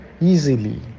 easily